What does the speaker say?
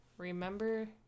remember